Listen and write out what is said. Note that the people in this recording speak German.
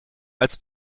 als